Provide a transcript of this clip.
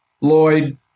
Lloyd